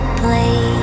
play